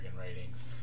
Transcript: ratings